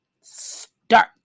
start